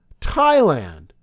Thailand